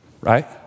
Right